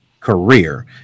career